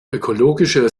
ökologischer